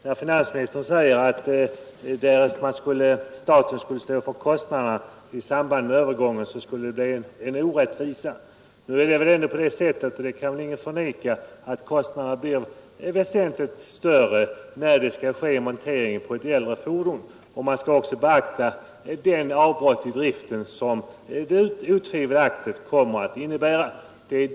Herr talman! Finansministern säger, att det skulle bli en orättvisa, därest staten skulle stå för kostnaderna i samband med övergången. Ingen kan väl förneka att kostnaderna blir väsentligt större, när montering skall ske på ett äldre fordon. Man måste också beakta det avbrott i driften som ett inmonterande otvivelaktigt kommer att innebära.